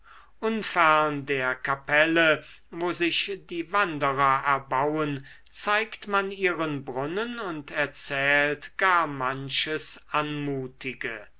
unfern der kapelle wo sich die wanderer erbauen zeigt man ihren brunnen und erzählt gar manches anmutige